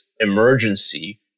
emergency